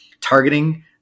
Targeting